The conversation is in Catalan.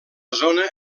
zona